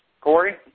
Corey